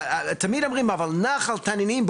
תמיד אומרים "..אבל נחל התנינים,